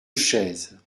chaise